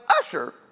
usher